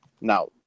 Now